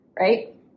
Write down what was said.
right